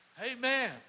Amen